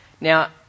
Now